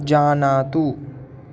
जानातु